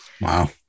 wow